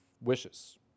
wishes